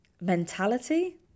mentality